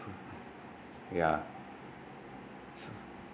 ya